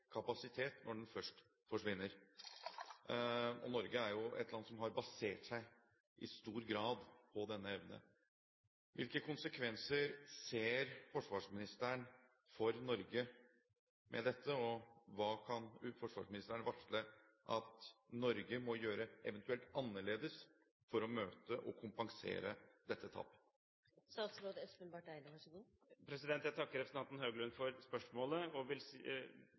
kapasitet når den først forsvinner, og Norge er jo et land som i stor grad har basert seg på denne evne. Hvilke konsekvenser ser forsvarsministeren med dette for Norge, og hva kan forsvarsministeren varsle at Norge eventuelt må gjøre annerledes for å møte og kompensere for dette tapet? Jeg takker representanten Høglund for spørsmålet og vil begynne med å vise til et helt konkret initiativ som jeg